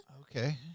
Okay